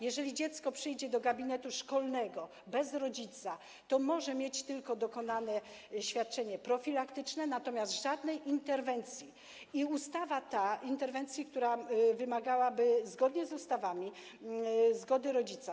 Jeżeli dziecko przyjdzie do gabinetu szkolnego bez rodzica, to może mieć tylko dokonane świadczenie profilaktyczne, natomiast bez żadnej interwencji, która wymagałaby zgodnie z ustawami zgody rodzica.